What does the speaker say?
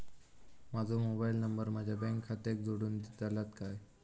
माजो mobile number माझ्या bank खात्याक जोडून दितल्यात काय?